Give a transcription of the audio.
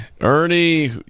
Ernie